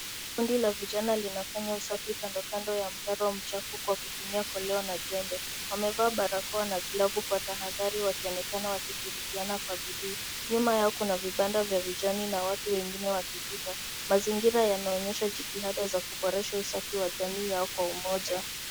Kundi la vijana linafanya usafi kando kando ya mtaro mchafu kwa kutumia koleo na jembe. Wamevaa barakoa na glovu kwa tahadhari wakionekana wakishirikiana kwa bidii. Nyuma yao kuna vibanda vya vijani na watu wengine wakipita. Mazingira yanaonyesha jitihada za kuboresha usafi wa jamii yao kwa umoja.